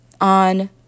on